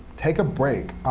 take a break,